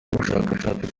ubushakashatsi